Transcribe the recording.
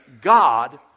God